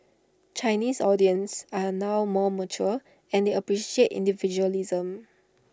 Chinese audience are now more mature and they appreciate individualism